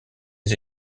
les